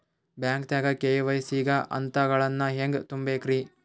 ಬ್ಯಾಂಕ್ದಾಗ ಕೆ.ವೈ.ಸಿ ಗ ಹಂತಗಳನ್ನ ಹೆಂಗ್ ತುಂಬೇಕ್ರಿ?